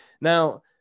Now